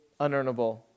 unearnable